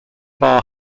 bar